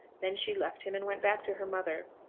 then she left him, and went back to her mother.